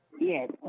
Yes